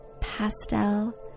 pastel